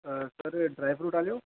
sir dry fruit आह्ले ओ